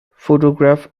photographs